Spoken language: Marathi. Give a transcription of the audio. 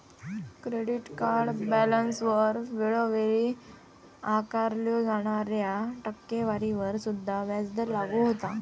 क्रेडिट कार्ड बॅलन्सवर वेळोवेळी आकारल्यो जाणाऱ्या टक्केवारीवर सुद्धा व्याजदर लागू होता